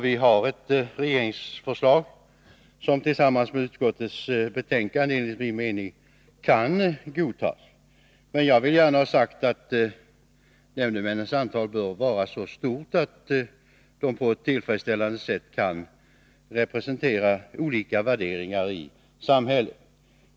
Vi har ett regeringsförslag som tillsammans med det som föreslås i utskottsbetänkandet enligt min mening kan godtas. Men jag vill gärna ha sagt att nämndemännens antal bör vara så stort att de på ett tillfredsställande sätt kan representera olika värderingar i samhället.